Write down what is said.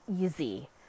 easy